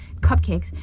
cupcakes